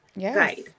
Guide